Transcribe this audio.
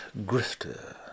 grifter